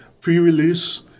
Pre-release